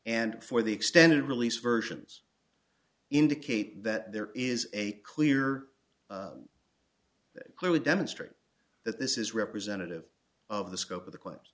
and for the extended release versions indicate that there is a clear clearly demonstrate that this is representative of the scope of the cl